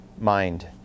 mind